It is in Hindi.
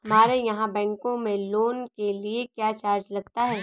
हमारे यहाँ बैंकों में लोन के लिए क्या चार्ज लगता है?